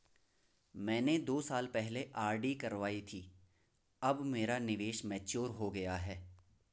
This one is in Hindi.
मैंने दो साल पहले आर.डी करवाई थी अब मेरा निवेश मैच्योर हो गया है